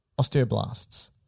osteoblasts